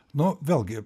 nu vėlgi